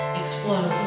explode